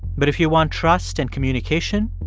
but if you want trust and communication,